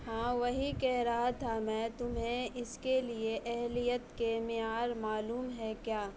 ہاں وہی کہہ رہا تھا میں تمہیں اس کے لیے اہلیت کے معیار معلوم ہیں کیا